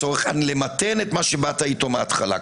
למתן את מה שבאת איתו מההתחלה.